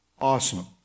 Awesome